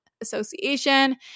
Association